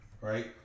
right